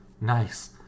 Nice